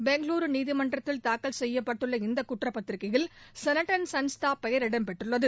பெங்களூரு நீதிமன்றத்தில் தாக்கல் செய்யப்பட்டுள்ள இந்த குற்றப்பத்திரிகையில் சனட்டன் சனஸ்தா பெயர் இடம்பெற்றுள்ளது